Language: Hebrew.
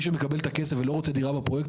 מי שרוצה לקבל כסף ולא רוצה לדירה בפרויקט,